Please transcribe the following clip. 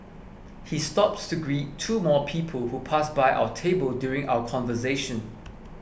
he stops to greet two more people who pass by our table during our conversation